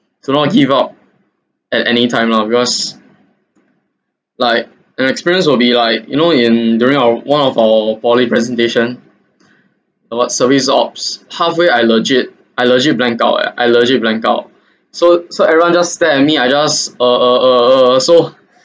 do not give up at anytime lah because like an experience will be like you know in during our one of our poly presentation uh I was ser~ halfway I legit I legit blank out eh I legit blank out so so everyone just stare at me I just uh uh uh uh so